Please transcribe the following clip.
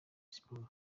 siporo